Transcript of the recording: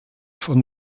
von